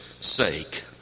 sake